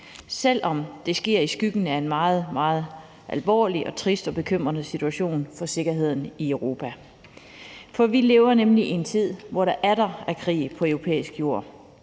selv om det sker i skyggen af en meget, meget alvorlig, trist og bekymrende situation for sikkerheden i Europa. For vi lever nemlig i en tid, hvor der atter er krig på europæisk jord.